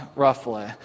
roughly